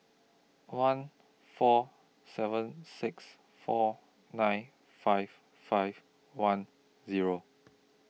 one four seven six four nine five five one Zero